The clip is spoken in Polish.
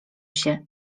się